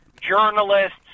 Journalists